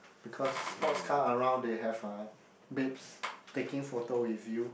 because sports car around they have uh babes taking photo with you